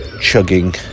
chugging